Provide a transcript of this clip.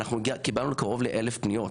קיבלנו קרוב ל-1,000 פניות.